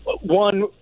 one